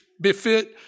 befit